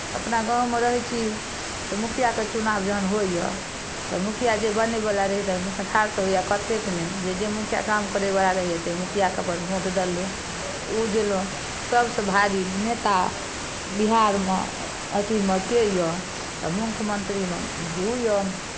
अपना गाँवमे रहै छी तऽ मुखियाके चुनाव जहन होइए तऽ मुखिया जे बनयवला रहै ठाढ़ तऽ होइए कतेक ने जे जे मुखिया काम करयवला रहैए तैँ मुखियाके अपन भोट देलहुँ ओ देलहुँ सभसँ भारी नेता बिहारमे अथिमे के यए तऽ मुख्यमंत्री मे ओ यए